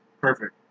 Perfect